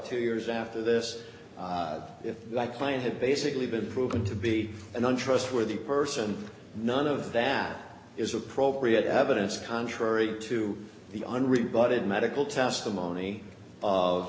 two years after this if my client had basically been proven to be an untrustworthy person none of that is appropriate evidence contrary to the un rebutted medical testimony of